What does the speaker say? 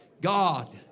God